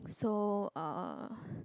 so uh